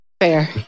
fair